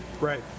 right